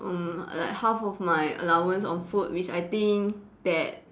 mm like half of my allowance on food which I think that